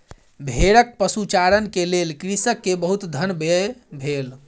भेड़क पशुचारण के लेल कृषक के बहुत धन व्यय भेल